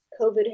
COVID